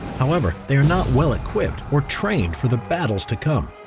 however, they are not well equipped or trained for the battles to come.